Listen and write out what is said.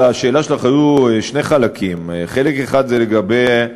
לשאלה שלך היו שני חלקים: חלק אחד זה לגבי